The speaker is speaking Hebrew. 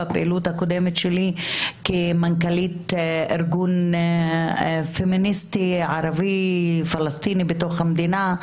בפעילות הקודמת שלי כמנכ"לית ארגון פמיניסטי ערבי פלסטיני בתוך המדינה,